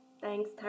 Thanks